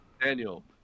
Daniel